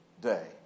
day